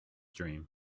dream